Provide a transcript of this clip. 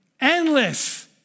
endless